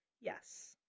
Yes